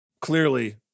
Clearly